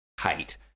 hate